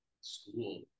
school